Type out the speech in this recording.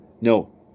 No